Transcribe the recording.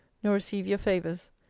nor receive your favours.